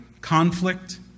conflict